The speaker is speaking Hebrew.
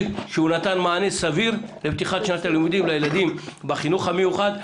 שהוא נתן מענה סביר לפתיחת שנת הלימודים לילדים בחינוך המיוחד,